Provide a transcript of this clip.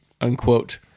unquote